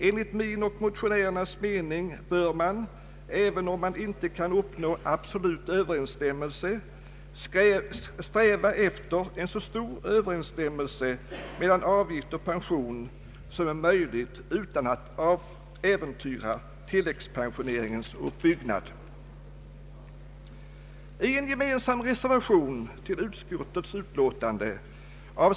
Enligt min och motionärernas mening bör man, även om man inte kan få absolut överensstämmelse, sträva efter så stor överensstämmelse mellan avgift och pension som är möjligt utan att äventyra tilläggspensioneringens uppbyggnad.